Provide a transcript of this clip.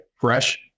fresh